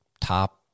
top